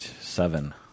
seven